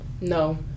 No